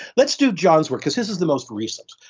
let's do john's work because his is the most recent.